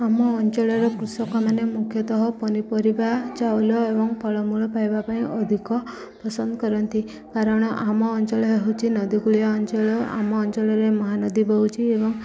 ଆମ ଅଞ୍ଚଳର କୃଷକମାନେ ମୁଖ୍ୟତଃ ପନିପରିବା ଚାଉଳ ଏବଂ ଫଳମୂଳ ପାଇବା ପାଇଁ ଅଧିକ ପସନ୍ଦ କରନ୍ତି କାରଣ ଆମ ଅଞ୍ଚଳ ହେଉଛି ନଦୀକୁଳିଆ ଅଞ୍ଚଳ ଆମ ଅଞ୍ଚଳରେ ମହାନଦୀ ବୋହୁଛି ଏବଂ